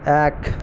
এক